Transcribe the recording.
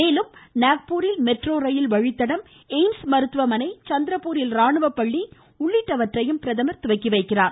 மேலும் நாக்பூரில் metro rail வழித்தடம் எய்ம்ஸ் மருத்துவமனை சந்திரபூரில் ராணுவ பள்ளி உள்ளிட்டவற்றையும் பிரதமர் தொடங்கி வைக்கிறார்